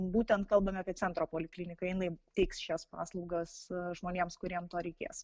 būtent kalbam apie centro polikliniką jinai teiks šias paslaugas žmonėms kuriem to reikės